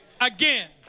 again